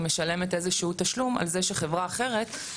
משלמת איזשהו תשלום על זה שחברה אחרת,